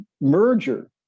merger